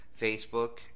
Facebook